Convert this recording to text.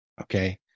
okay